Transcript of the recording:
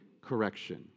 correction